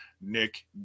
Nick